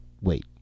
Wait